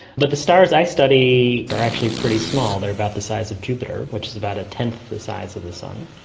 but the stars i study are actually pretty small, they are about the size of jupiter, which is about a tenth the size of the sun.